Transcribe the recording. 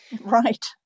right